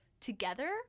together